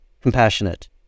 compassionate